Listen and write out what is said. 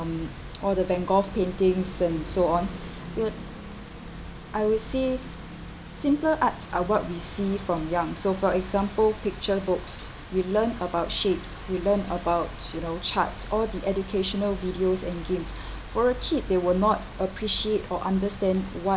all the van gogh paintings and so on you I will see simpler arts are what we see from young so for example picture books we learn about shapes we learn about you know charts all the educational videos and games for a kid they will not appreciate or understand what